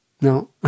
No